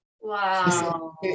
Wow